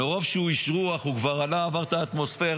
מרוב שהוא איש רוח הוא כבר עבר את האטמוספירה,